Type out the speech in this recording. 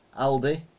Aldi